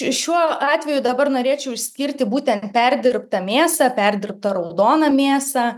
šiuo atveju dabar norėčiau išskirti būtent perdirbtą mėsą perdirbtą raudoną mėsą